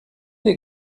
des